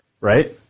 Right